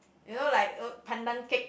you know like those pandan cake